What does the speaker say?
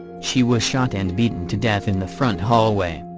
she was shot and beaten to death in the front hallway.